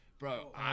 Bro